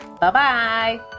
bye-bye